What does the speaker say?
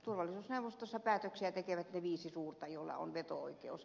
turvallisuusneuvostossa päätöksiä tekevät ne viisi suurta joilla on veto oikeus